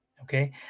okay